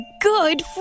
good